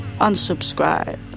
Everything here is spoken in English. unsubscribe